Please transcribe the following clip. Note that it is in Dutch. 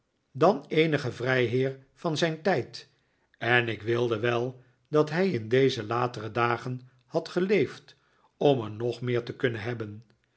dan eenige vrijheer van zijn tijd en ik wilde wel dat hij in deze latere dagen had geleefd om er nog meer te kunnen hebben